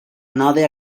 node